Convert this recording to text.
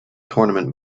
tournament